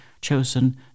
chosen